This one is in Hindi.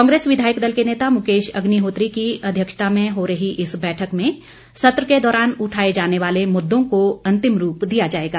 कांग्रेस विधायक दल के नेता मुकेश अग्निहोत्री की अध्यक्षता में हो रही इस बैठक में सत्र के दौरान उठाए जाने वाले मुद्दों को अंतिम रूप दिया जाएगा